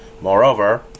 Moreover